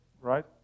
Right